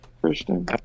Christian